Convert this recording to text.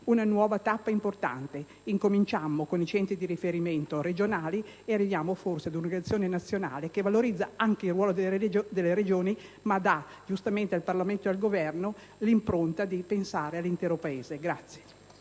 una nuova tappa importante. Incominciammo con i centri di riferimento regionali e arriveremo forse ad una programmazione nazionale che valorizza anche il ruolo delle Regioni ma che dà giustamente al Parlamento e al Governo l'opportunità di pensare all'intero Paese.